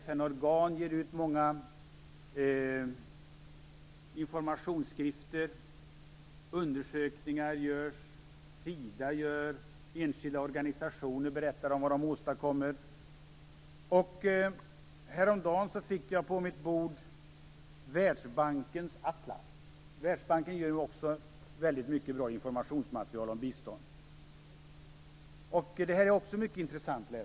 FN-organ ger ut informationsskrifter. Undersökningar görs. Det kommer information från Sida. Enskilda organisationer berättar om vad de åstadkommer. Häromdagen fick jag på mitt bord Världsbankens atlas. Världsbanken ger också ut mycket bra informationsmaterial om biståndet. Det är mycket intressant läsning.